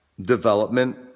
development